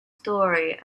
story